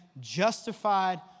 justified